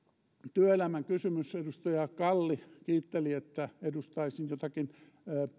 työelämän kysymys edustaja kalli kiitteli että edustaisin